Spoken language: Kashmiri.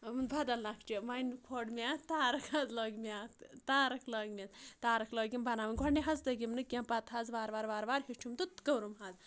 بَدَل نَکھچہِ وۄنۍ کھول مےٚ اَتھ تارَکھ حظ لٲگۍ مےٚ اَتھ تارَکھ لٲگ مےٚ اَتھ تارَکھ لٲگِم بَناوٕنۍ گۄڈٕ نہ حظ تٔگِم نہٕ کینٛہہ پَتہٕ حظ وارٕ وارٕ وارٕ وارٕ ہیٚچھُم تہٕ کوٚرُم حظ